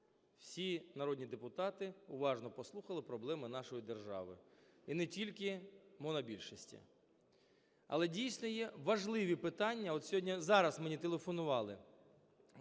Всі народні депутати уважно послухали проблеми нашої держави, і не тільки монобільшості. Але, дійсно, є важливі питання. От, сьогодні, зараз мені телефонували